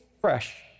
fresh